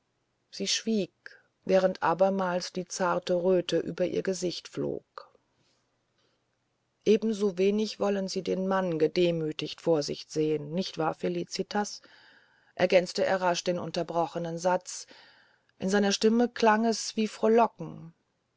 sie schwieg während abermals die zarte röte über ihr gesicht flog ebensowenig wollen sie den mann gedemütigt vor sich sehen nicht wahr felicitas ergänzte er rasch den unterbrochenen satz in seiner stimme klang es wie frohlocken